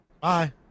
bye